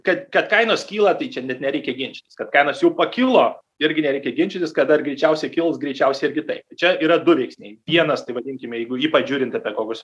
kad kad kainos kyla tai čia net nereikia ginčytis kad kainos jau pakilo irgi nereikia ginčytis kad dar greičiausiai kils greičiausia ir kitaip čia yra du veiksniai vienas tai vadinkime jeigu ypač žiūrint apie kokius